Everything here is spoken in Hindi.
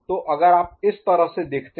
तो अगर आप इस तरह से देखते हैं